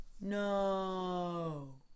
No